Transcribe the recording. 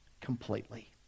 Completely